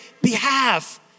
behalf